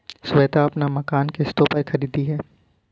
श्वेता अपना मकान किश्तों पर खरीदी है